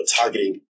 targeting